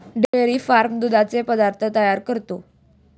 dairy farm दुधाचे पदार्थ तयार करतो